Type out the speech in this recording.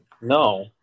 No